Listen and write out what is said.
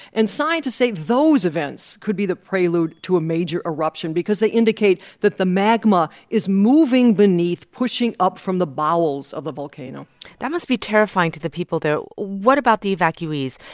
and scientists say those events could be the prelude to a major eruption because they indicate that the magma is moving beneath, pushing up from the bowels of the volcano that must be terrifying to the people there. what about the evacuees?